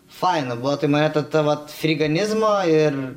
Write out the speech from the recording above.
faina buvo tai mane tad ta vat friganizmo ir